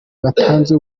batanze